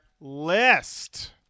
list